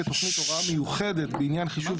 כי אם באמת הוועדה תחליט